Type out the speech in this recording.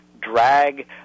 drag